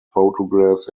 photographs